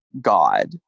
God